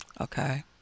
Okay